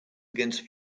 against